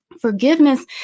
Forgiveness